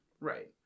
right